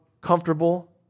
comfortable